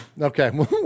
Okay